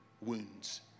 wounds